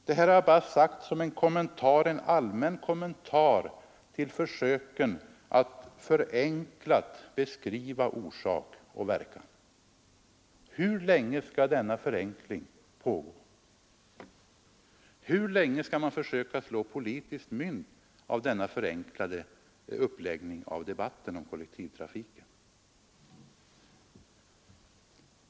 Det här har jag bara sagt som en allmän kommentar till de försök som görs att förenkla beskrivningen av orsak och verkan. Hur länge skall denna förenkling pågå? Hur länge skall man försöka slå politiskt mynt genom denna förenklade uppläggning av debatten kring kollektivtrafiken?